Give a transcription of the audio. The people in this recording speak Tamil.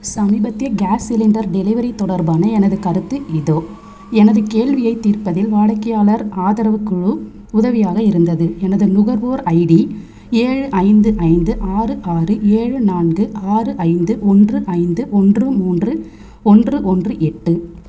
சமீபத்திய கேஸ் சிலிண்டர் டெலிவரி தொடர்பான எனது கருத்து இதோ எனது கேள்வியைத் தீர்ப்பதில் வாடிக்கையாளர் ஆதரவுக் குழு உதவியாக இருந்தது எனது நுகர்வோர் ஐடி ஏழு ஐந்து ஐந்து ஆறு ஆறு ஏழு நான்கு ஆறு ஐந்து ஒன்று ஐந்து ஒன்று மூன்று ஒன்று ஒன்று எட்டு